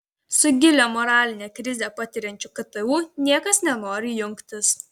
su gilią moralinę krizę patiriančiu ktu niekas nenori jungtis